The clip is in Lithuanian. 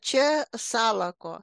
čia salako